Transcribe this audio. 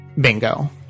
bingo